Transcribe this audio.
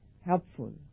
helpful